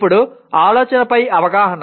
ఇప్పుడు ఆలోచనపై అవగాహన